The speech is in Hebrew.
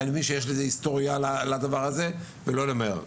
כי אני מבין שיש לזה היסטוריה לדבר הזה ולא למהר.